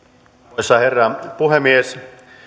arvoisa herra puhemies